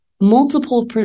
multiple